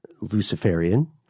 Luciferian